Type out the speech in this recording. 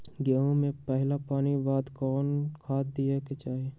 गेंहू में पहिला पानी के बाद कौन खाद दिया के चाही?